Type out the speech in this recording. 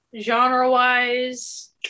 genre-wise